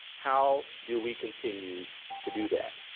how do we continue to do that?